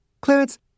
Clarence